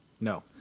No